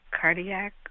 cardiac